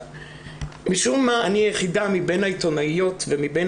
משום מה אני היחידה מבין העיתונאיות ומבין